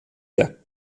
der